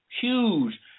Huge